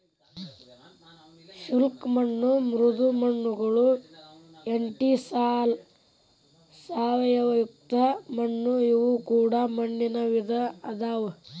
ಶುಷ್ಕ ಮಣ್ಣು ಮೃದು ಮಣ್ಣುಗಳು ಎಂಟಿಸಾಲ್ ಸಾವಯವಯುಕ್ತ ಮಣ್ಣು ಇವು ಕೂಡ ಮಣ್ಣಿನ ವಿಧ ಅದಾವು